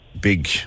big